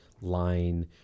line